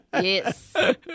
yes